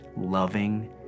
loving